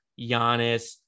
Giannis